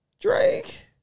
Drake